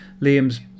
Liam's